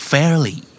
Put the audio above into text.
Fairly